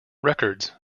records